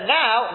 now